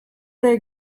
they